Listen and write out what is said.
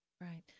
right